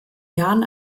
jahren